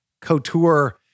Couture